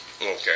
Okay